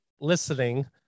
listening